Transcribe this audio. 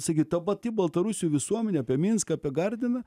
sakyt ta pati baltarusių visuomenė apie minską apie gardiną